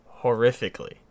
horrifically